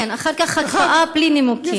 כן, אחר כך הקפאה בלי נימוקים.